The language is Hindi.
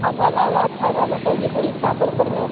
और गला ओला अच्छा रहना चाहिए थोड़ी चाकर ओकर में